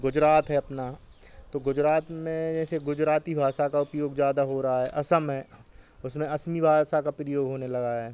गुजरात है अपना तो गुजरात में जैसे गुजराती भाषा का उपयोग ज़्यादा हो रहा है असम है उसमें असमी भाषा का प्रयोग होने लगा है